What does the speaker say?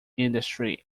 industry